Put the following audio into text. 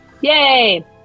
Yay